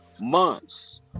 months